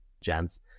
gents